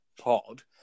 pod